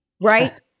right